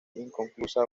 inconclusa